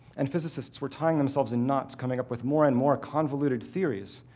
and physicists were tying themselves in knots coming up with more and more convoluted theories,